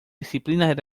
disciplinas